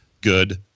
good